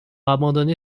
abandonné